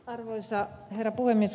arvoisa herra puhemies